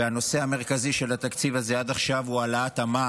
הנושא המרכזי של התקציב הזה עד עכשיו הוא העלאת המע"מ